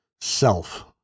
self